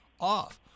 off